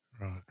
Right